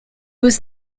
was